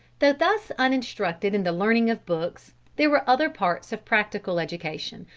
though thus uninstructed in the learning of books, there were other parts of practical education,